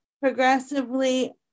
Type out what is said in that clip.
progressively